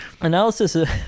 analysis